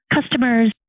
customers